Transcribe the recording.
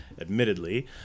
Admittedly